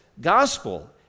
gospel